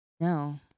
No